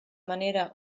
manera